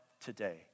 today